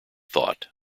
thought